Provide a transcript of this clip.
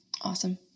Awesome